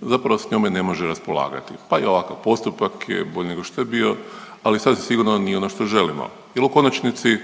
zapravo s njome ne može raspolagati. Pa i ovakav postupak je bolji nego što je bio ali sasvim sigurno nije ono što želimo jer u konačnici